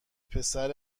پسر